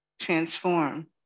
transform